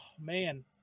man